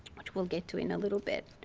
which we'll get to in a little bit.